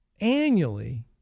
annually